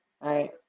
right